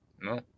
no